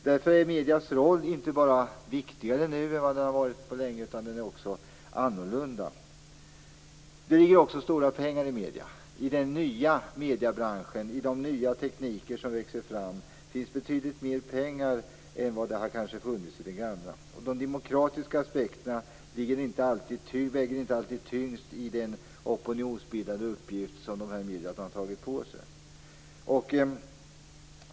Därför är mediernas roll inte bara viktigare nu än på länge, utan den är också annorlunda. Det ligger också stora pengar i medierna. I den nya mediebranschen, i de nya tekniker som växer fram, finns betydligt mer pengar än vad det har funnits i den gamla. De demokratiska aspekterna väger inte alltid tyngst i den opinionsbildande uppgift som dessa medier har tagit på sig.